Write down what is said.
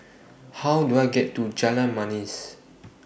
How Do I get to Jalan Manis